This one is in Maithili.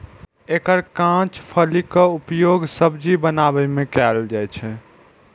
एकर कांच फलीक उपयोग सब्जी बनबै मे कैल जाइ छै